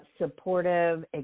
supportive